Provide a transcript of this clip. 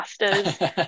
masters